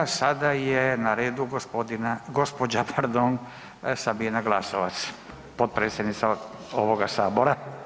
Sada je na redu g., gđa. pardon, Sabina Glasovac, potpredsjednica ovoga Sabora.